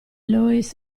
loïs